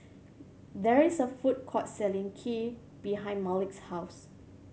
there is a food court selling Kheer behind Malik's house